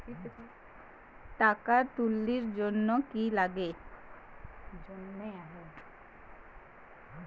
টাকা তুলির জন্যে কি লাগে?